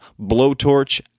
blowtorch